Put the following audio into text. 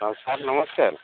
ହଁ ସାର୍ ନମସ୍କାର